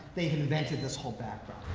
they've invented this whole background.